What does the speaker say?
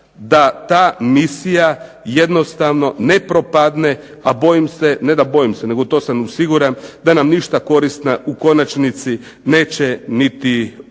da ta misija jednostavno ne propadne, a bojim se ne da bojim se u to sam siguran, da nam ništa korisna u konačnici neće niti donijeti.